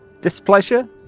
displeasure